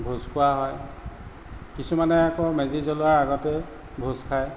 ভোজ খোৱা হয় কিছুমানে আকৌ মেজি জ্বলোৱাৰ আগতেই ভোজ খায়